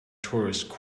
tourist